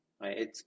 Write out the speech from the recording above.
right